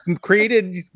created